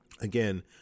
again